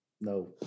no